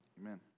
Amen